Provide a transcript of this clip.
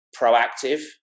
proactive